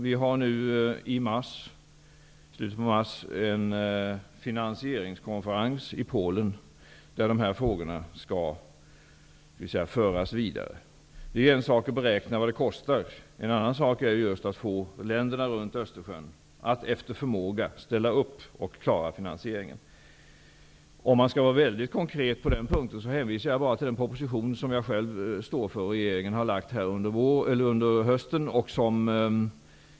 Vi har nu i slutet av mars en finansieringskonferens i Polen där dessa frågor skall föras vidare. Det är en sak att beräkna vad det kostar. En annan sak är att få länderna runt Östersjön att efter förmåga ställa upp och klara finansieringen. Om jag skall vara mycket konkret på den punkten, hänvisar jag bara till den proposition som jag själv står för och som regeringen lagt fram här under hösten.